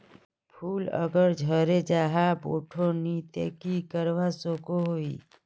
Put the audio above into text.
फूल अगर झरे जहा बोठो नी ते की करवा सकोहो ही?